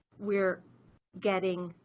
we're getting